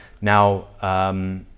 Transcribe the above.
Now